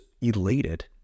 elated